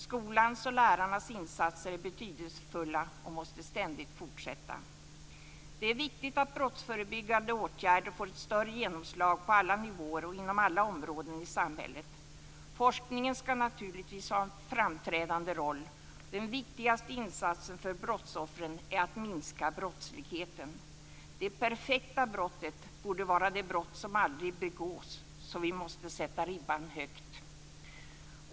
Skolans och lärarnas insatser är betydelsefulla och måste ständigt fortsätta. Det är viktigt att brottsförebyggande åtgärder får ett större genomslag på alla nivåer och inom alla områden i samhället. Forskningen ska naturligtvis ha en framträdande roll. Den viktigaste insatsen för brottsoffren är att minska brottsligheten. Det perfekta brottet borde vara det brott som aldrig begås, så vi måste sätta ribban högt.